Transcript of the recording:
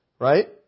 right